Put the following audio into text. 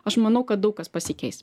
aš manau kad daug kas pasikeis